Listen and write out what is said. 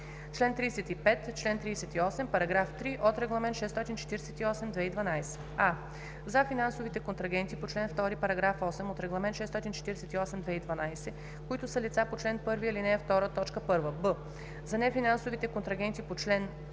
чл. 35, чл. 38, параграф 3 от Регламент 648/2012: а) за финансовите контрагенти по чл. 2, параграф 8 от Регламент 648/2012, които са лица по чл. 1, ал. 2, т. 1; б) за нефинансовите контрагенти по чл.